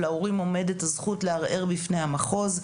להורים עומדת הזכות לערער בפני המחוז,